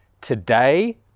today